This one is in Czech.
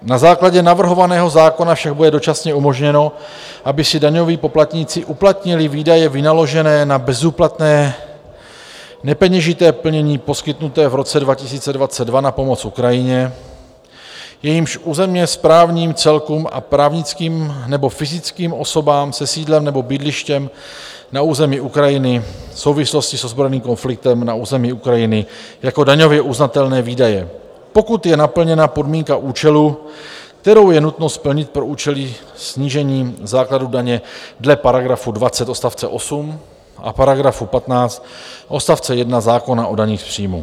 Na základě navrhovaného zákona však bude dočasně umožněno, aby si daňoví poplatníci uplatnili výdaje vynaložené na bezúplatné nepeněžité plnění poskytnuté v roce 2022 na pomoc Ukrajině, jejím územně správním celkům a právnickým nebo fyzickým osobám se sídlem nebo bydlištěm na území Ukrajiny v souvislosti s ozbrojeným konfliktem na území Ukrajiny jako daňově uznatelné výdaje, pokud je naplněna podmínka účelu, kterou je nutno splnit pro účely snížení základu daně dle § 20 odst. 8 a § 15 odst. 1 zákona o daních z příjmů.